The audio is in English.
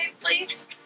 please